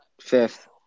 Fifth